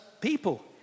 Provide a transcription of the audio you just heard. people